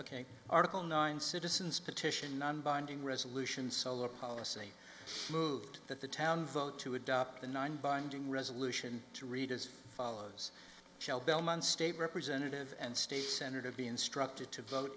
raised article nine citizens petition non binding resolution solar policy moved that the town vote to adopt the nine binding resolution to read as follows shall bellman state representative and state senator to be instructed to vote